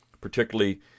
particularly